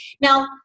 Now